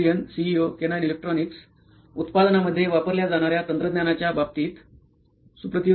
Nitin Kurian COO केनाईन electronics उत्पादनामध्ये वापरल्या जाणार्या तंत्रज्ञानाच्या बाबतीत